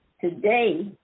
today